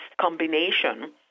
combination